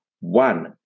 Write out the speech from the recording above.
one